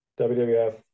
WWF